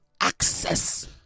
access